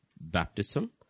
baptism